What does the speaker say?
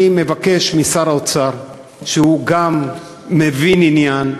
אני מבקש משר האוצר, שהוא גם מבין עניין,